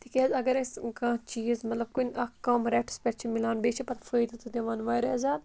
تِکیٛازِ اگر اَسہِ کانٛہہ چیٖز مطلب کُنہِ اَکھ کَم ریٹَس پٮ۪ٹھ چھِ مِلان بیٚیہِ چھِ پَتہٕ فٲیدٕ تہِ دِوان واریاہ زیادٕ